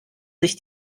sich